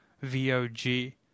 V-O-G